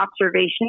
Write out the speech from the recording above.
observation